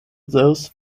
those